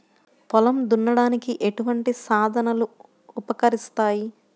పొలం దున్నడానికి ఎటువంటి సాధనలు ఉపకరిస్తాయి?